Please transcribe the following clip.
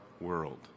world